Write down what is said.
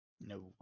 No